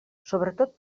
sobretot